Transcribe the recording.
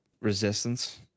Resistance